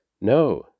No